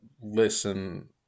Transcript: listen